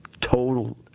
Total